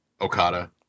Okada